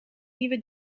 nieuwe